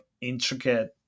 intricate